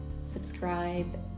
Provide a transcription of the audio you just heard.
subscribe